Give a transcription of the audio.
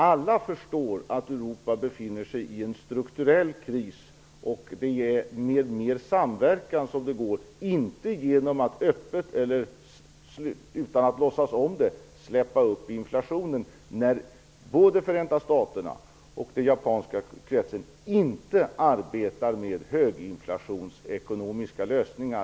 Alla förstår att Europa befinner sig i en strukturell kris. Det är med mer samverkan som det går att lösa den, inte genom att öppet eller utan att låtsas om det släppa upp inflationen. Varken Förenta staterna eller den japanska kretsen arbetar längre med höginflationsekonomiska lösningar.